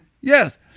Yes